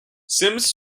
sims